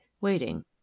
waiting